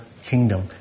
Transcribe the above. kingdom